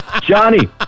Johnny